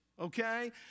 okay